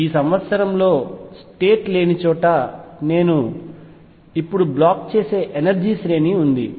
ఈ సంవత్సరం లో స్టేట్ లేని చోట నేను ఇప్పుడు బ్లాక్ చేసే ఎనర్జీ శ్రేణి ఉంది